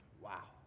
Wow